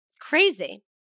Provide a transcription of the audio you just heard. Crazy